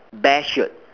bear shirt